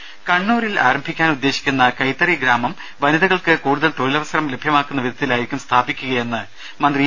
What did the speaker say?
ദെഴ കണ്ണൂരിൽ ആരംഭിക്കാനുദ്ദേശിക്കുന്ന കൈത്തറി ഗ്രാമം വനിതകൾക്ക് കൂടുതൽ തൊഴിലവസരം ലഭ്യമാക്കുന്ന വിധത്തിലായിരിക്കും സ്ഥാപിക്കുകയെന്ന് മന്ത്രി ഇ